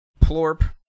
Plorp